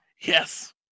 Yes